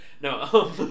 No